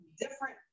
different